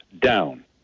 down